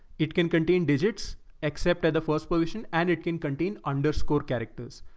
it can contain digits except at the first pollution and it can contain underscore characters.